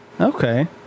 Okay